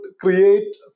create